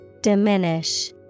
diminish